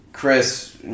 Chris